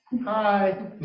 Hi